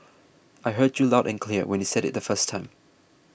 I heard you loud and clear when you said it the first time